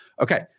Okay